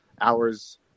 hours